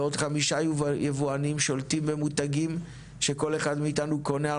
ועוד חמישה יבואנים שולטים במותגים שכל אחד מאיתנו קונה,